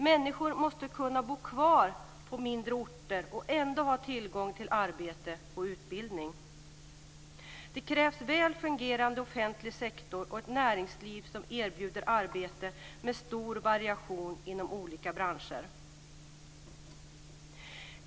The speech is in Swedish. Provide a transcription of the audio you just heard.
Människor måste kunna bo kvar på mindre orter och ändå ha tillgång till arbete och utbildning. Det krävs en väl fungerande offentlig sektor och ett näringsliv som erbjuder arbeten med stor variation inom olika branscher.